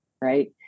right